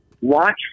watch